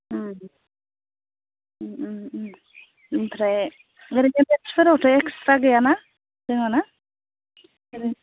ओमफ्राय ओरैनो मेथ्सफोरावथ' एक्स्ट्रा गैया ना जोंहा ना फोरों